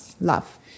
Love